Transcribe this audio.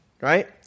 right